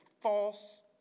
false